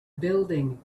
building